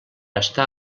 està